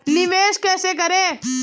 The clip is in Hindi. निवेश कैसे करें?